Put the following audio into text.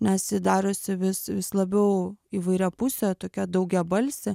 nes ji darosi vis vis labiau įvairiapusė tokia daugiabalsė